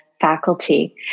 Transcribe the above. faculty